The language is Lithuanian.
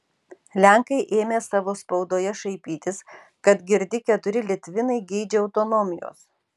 lenkai ėmė savo spaudoje šaipytis kad girdi keturi litvinai geidžia autonomijos